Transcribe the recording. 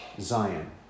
Zion